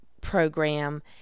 program